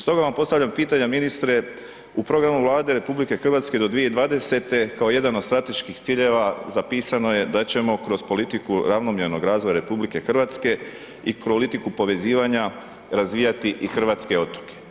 Stoga vam postavljam pitanja, ministre, u programu Vlade RH do 2020. kao jedan od strateških ciljeva zapisano je da ćemo kroz politiku ravnomjernog razvoja RH i politiku povezivanja razvijati i hrvatske otoke.